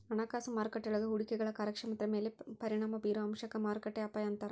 ಹಣಕಾಸು ಮಾರುಕಟ್ಟೆಯೊಳಗ ಹೂಡಿಕೆಗಳ ಕಾರ್ಯಕ್ಷಮತೆ ಮ್ಯಾಲೆ ಪರಿಣಾಮ ಬಿರೊ ಅಂಶಕ್ಕ ಮಾರುಕಟ್ಟೆ ಅಪಾಯ ಅಂತಾರ